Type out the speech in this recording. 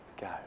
go